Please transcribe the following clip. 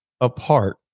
apart